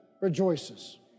rejoices